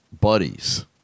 buddies